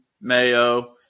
Mayo